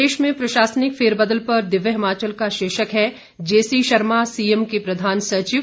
प्रदेश में प्रशासनिक फेरबदल पर दिव्य हिमाचल का शीर्षक है जेसी शर्मा सीएम के प्रधान सचिव